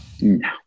No